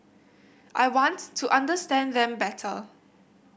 I want to understand them better